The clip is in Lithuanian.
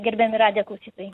gerbiami radijo klausytojai